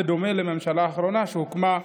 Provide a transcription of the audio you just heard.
בדומה לממשלה האחרונה שהוקמה,